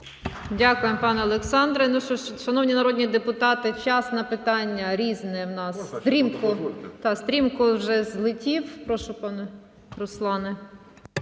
Дякую, пане Олександре. Ну, що ж, шановні народні депутати, час на питання "Різне"